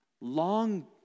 long